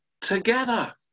together